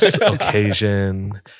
occasion